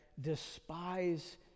despise